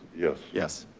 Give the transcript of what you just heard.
yes? yes.